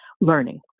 learning